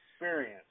experience